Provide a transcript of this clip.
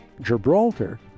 gibraltar